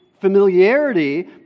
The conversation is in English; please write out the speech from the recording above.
familiarity